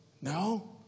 No